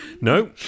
No